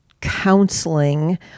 counseling